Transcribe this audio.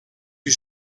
you